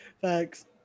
Thanks